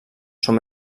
són